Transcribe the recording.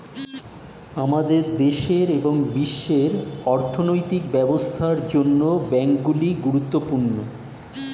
আমাদের দেশের এবং বিশ্বের অর্থনৈতিক ব্যবস্থার জন্য ব্যাংকগুলি গুরুত্বপূর্ণ